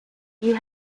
you